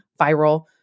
viral